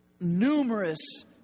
numerous